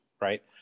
Right